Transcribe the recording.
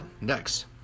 next